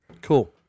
Cool